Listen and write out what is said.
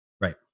right